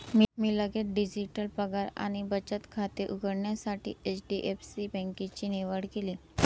मी लगेच डिजिटल पगार आणि बचत खाते उघडण्यासाठी एच.डी.एफ.सी बँकेची निवड केली